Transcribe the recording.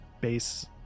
base